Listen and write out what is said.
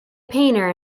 painter